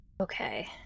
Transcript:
Okay